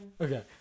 Okay